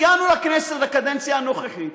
הגענו לכנסת לקדנציה הנוכחית,